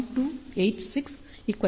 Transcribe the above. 286 5 D